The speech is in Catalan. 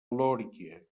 lòria